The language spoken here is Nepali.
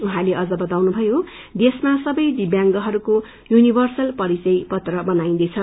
उहाँले अझ बाताउनुभयो देशमा सबै दिव्यांगहरूको यूनिवर्सल परिचय पत्र बनाइन्दैछ